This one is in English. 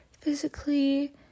physically